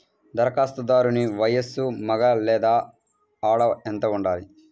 ధరఖాస్తుదారుని వయస్సు మగ లేదా ఆడ ఎంత ఉండాలి?